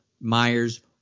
Myers